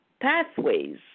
pathways